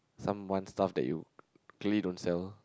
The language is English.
some want stuff that you clearly don't sell